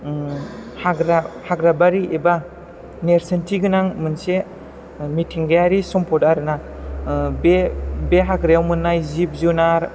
उम हाग्रा हाग्रा बारि एबा नेरसोनथि गोनां मोनसे मिथिंगायारि सम्पद आरो ना बे बे हाग्रायाव मोननाय जिब जुनार